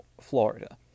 Florida